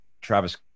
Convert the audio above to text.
Travis